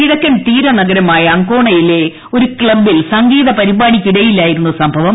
കിഴക്കൻ തീരി നീഗരമായ അങ്കോണയിലെ ഒരു ക്ലബ്ബിൽ സംഗീത പിരിപ്പാടിയ്ക്കായിലായിരുന്നു സംഭവം